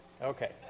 okay